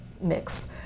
mix